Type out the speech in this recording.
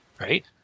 Right